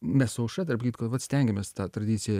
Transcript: mes su aušra tarp kitko vat stengiamės tą tradiciją